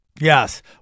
Yes